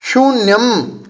शून्यम्